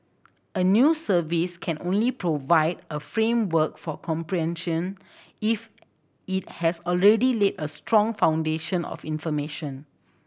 a new service can only provide a framework for comprehension if it has already laid a strong foundation of information